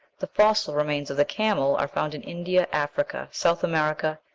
the fossil remains of the camel are found in india, africa, south america,